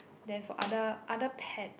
then for other other pet